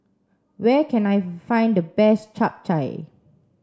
where can I find the best Chap Chai